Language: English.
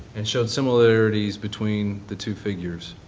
and showed similarities between the two figures.